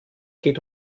geht